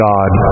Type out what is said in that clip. God